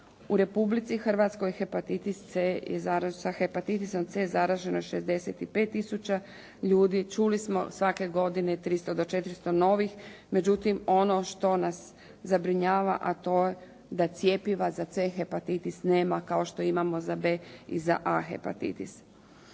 U Republici Hrvatskoj hepatitisom C zaraženo je 65 tisuća ljudi. Čuli smo, svake godine 300 do 400 novih. Međutim, ono što nas zabrinjava a to je da cjepiva za C hepatitis nema kao što imamo za B i za A hepatitis.